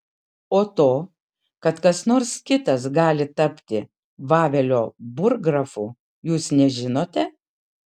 o to kad kas nors kitas gali tapti vavelio burggrafu jūs nežinote